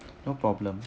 no problem